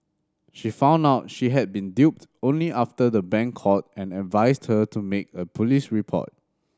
she found out she had been duped only after the bank called and advised her to make a police report